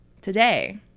today